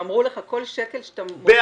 ואמרו לך: כל שקל שאתה מוציא,